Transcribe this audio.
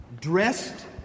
dressed